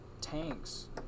tanks